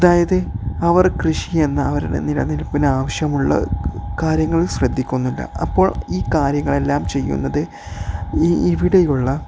അതായത് അവർ കൃഷിയെന്ന അവരുടെ നിലനിൽപ്പിനാവശ്യമുള്ള കാര്യങ്ങൾ ശ്രദ്ധിക്കുന്നില്ല അപ്പോൾ ഈ കാര്യങ്ങളെല്ലാം ചെയ്യുന്നത് ഈ ഇവിടെയുള്ള